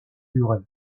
durée